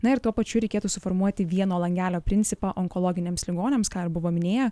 na ir tuo pačiu reikėtų suformuoti vieno langelio principą onkologiniams ligoniams ką ir buvo minėję